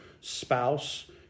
spouse